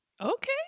Okay